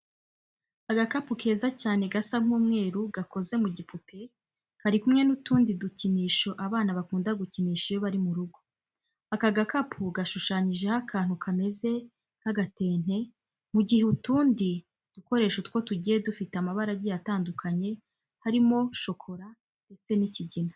Agakapu keza cyane gasa nk'umweru gakoze mu gipupe kari kumwe n'utundi dukinisho abana bakunda gukinisha iyo bari mu rugo. Aka gakapu gashushanyijeho akantu kameze nk'agatente, mu gihe utundi dukoresho two tugiye dufite amabara agiye atandukanye harimo shokora ndetse n'ikigina.